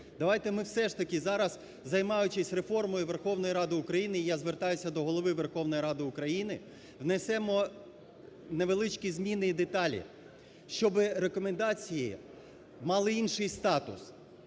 Давайте ми все ж таки зараз, займаючись реформою Верховної Ради України, і я звертаюся до Голови Верховної Ради України, внесемо невеличкі зміни і деталі. Щоб рекомендації мали інший статус.